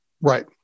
right